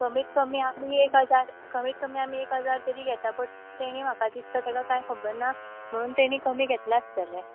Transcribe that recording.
कमीत कमी आमी एक हजार कमीत कमी आमी एक हजार तरी घेता बट तेणी म्हाका दिसता तेका कांय खबरना म्हुणून ताणी कमी घेतला आसतले